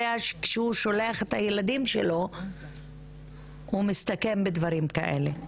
שכשהוא שולח את הילדים שלו הוא מסתכן בדברים כאלה.